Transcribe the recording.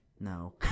No